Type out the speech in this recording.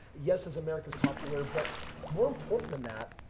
yes as america's top lawyer but more important than that,